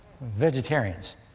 Vegetarians